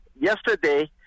yesterday